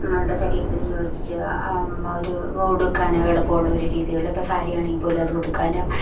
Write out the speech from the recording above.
നമ്മളുടെ ശരീരത്തിന് യോജിച്ച ഒരു ഉടുക്കാനെളുപ്പമുള്ള ഒരു രീതിയിൽ ഇപ്പം സാരിയാണെങ്കിൽ പോലും അത് ഉടുക്കാനും